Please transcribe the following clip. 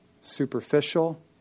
superficial